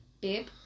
Babe